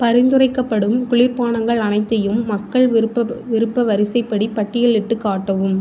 பரிந்துரைக்கப்படும் குளிர்பானங்கள் அனைத்தையும் மக்கள் விருப்பம் விருப்பம் வரிசைப்படி பட்டியலிட்டு காட்டவும்